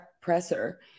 presser